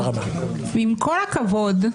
כי עם כל הכבוד,